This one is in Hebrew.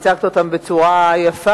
יחד, והצגת אותם בצורה יפה: